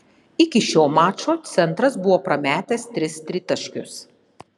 iki šio mačo centras buvo prametęs tris tritaškius